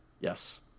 Yes